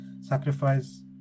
sacrifice